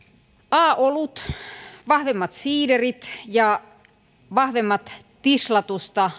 a olut vahvemmat siiderit ja vahvemmat tislatusta